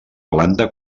planta